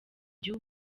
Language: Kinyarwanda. giha